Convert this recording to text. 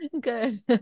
Good